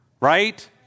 right